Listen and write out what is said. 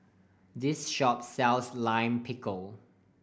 this shop sells Lime Pickle